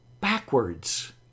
backwards